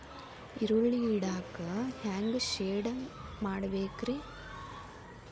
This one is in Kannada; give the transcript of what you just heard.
ಈರುಳ್ಳಿ ಇಡಾಕ ಹ್ಯಾಂಗ ಶೆಡ್ ಮಾಡಬೇಕ್ರೇ?